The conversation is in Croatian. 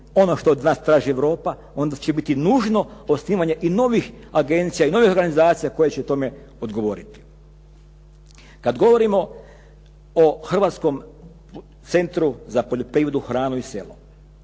ono što od nas traži Europa onda će biti nužno osnivanje novih agencija i novih organizacija koje će tome odgovoriti. Kada govorimo o Hrvatskom centru za poljoprivredu, hranu i selo,